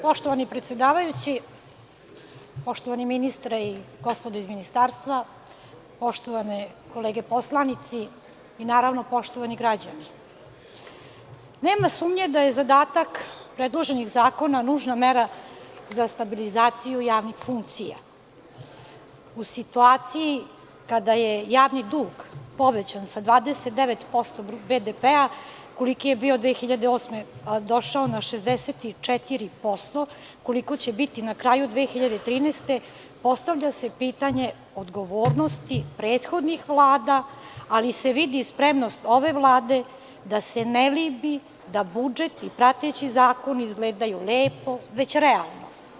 Poštovani predsedavajući, poštovani ministre i gospodo iz Ministarstva, poštovani građani, nema sumnje da je zadatak predloženih zakona nužna mera za stabilizaciju javnih funkcija, u situaciju kada je javni dug povećan sa 29% BDP koliki je bio 2008. godine, a došao na 64% koliko će biti na kraju 2013. godine, postavlja se pitanje odgovornosti prethodnih Vlada, ali se vidi spremnost ove vlade da se ne libi da budžet i prateći zakoni izgledaju lepo, već realno.